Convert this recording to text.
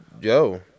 Yo